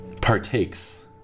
partakes